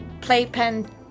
playpen